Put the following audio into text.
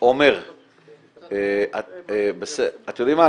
עומר, אתם יודעים מה?